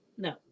No